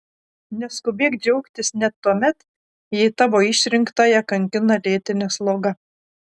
neskubėk džiaugtis net tuomet jei tavo išrinktąją kankina lėtinė sloga